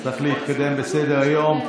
צריך להתקדם בסדר-היום.